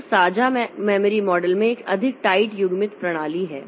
तो साझा memory model में एक अधिक टाइट युग्मित प्रणाली है